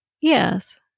Yes